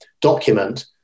document